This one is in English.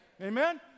Amen